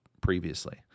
previously